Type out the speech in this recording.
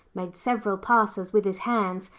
made several passes with his hands,